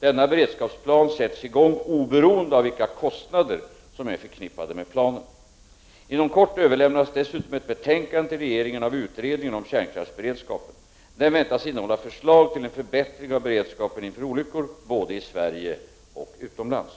Denna beredskapsplan sätts i gång oberoende av vilka kostnader som är förknippade med planen. Inom kort överlämnas dessutom ett betänkande till regeringen av utredningen om kärnkraftsberedskapen. Det väntas innehålla förslag till en förbättring av beredskapen inför olyckor, både i Sverige och utomlands.